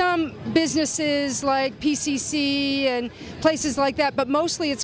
some businesses like p c c and places like that but mostly it's